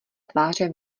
tváře